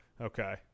okay